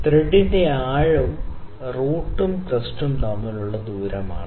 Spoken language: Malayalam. ത്രെഡിന്റെ ആഴം റൂട്ടും ക്രെസ്റ്റും തമ്മിലുള്ള ദൂരമാണ്